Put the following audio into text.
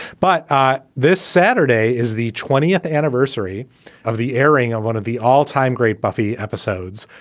but this saturday is the twentieth anniversary of the airing of one of the all time great buffy episodes.